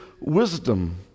wisdom